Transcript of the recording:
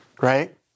Right